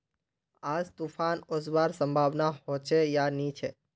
आज तूफ़ान ओसवार संभावना होचे या नी छे?